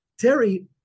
Terry